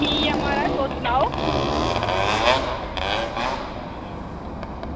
ठीक ऐ म्हाराज तुस सनाओ